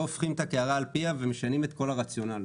לא הופכים את הקערה על פיה ומשנים את כל הרציונל.